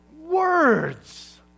words